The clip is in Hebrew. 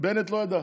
שבנט לא ידע,